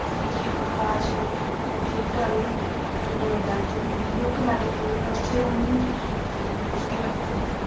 फिर ओह्दे बाद च ओह् मेरे घरै आह्ले दी नौकरी डोडै ते मिगी बी ओह् कन्नै लेई जंदे में उत्थें रौह्न्नी होन्नी ते फिर